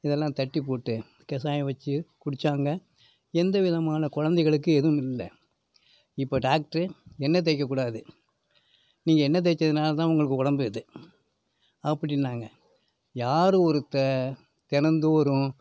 இதெல்லாம் தட்டி போட்டு கஷாயம் வச்சு குடித்தாங்க எந்தவிதமான குழந்தைங்களுக்கு எதுவுமில்லை இப்போது டாக்டர் எண்ணெய் தேய்க்கக் கூடாது நீங்கள் எண்ணெய் தேய்த்ததுனால தான் உங்க உடம்பு இது அப்படின்னாங்க யார் ஒருத்தர் தினந்தோறும்